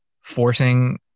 forcing